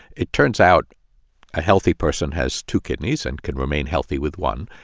it turns out a healthy person has two kidneys and can remain healthy with one.